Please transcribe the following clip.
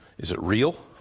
is it real?